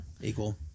Equal